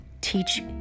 teach